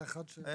היה אחד.